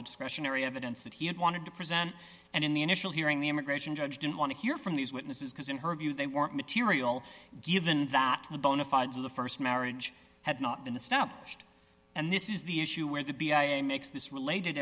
the discretionary evidence that he had wanted to present and in the initial hearing the immigration judge didn't want to hear from these witnesses because in her view they weren't material given that the bona fides of the st marriage had not been established and this is the issue where the makes this related